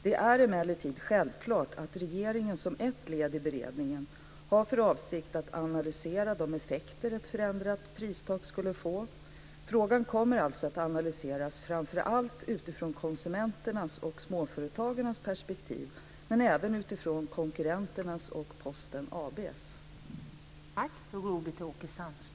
Det är emellertid självklart att regeringen som ett led i beredningen har för avsikt att analysera de effekter ett förändrat pristak skulle få. Frågan kommer alltså att analyseras framför allt utifrån konsumenternas och småföretagarnas perspektiv men även utifrån konkurrenternas och Posten AB:s.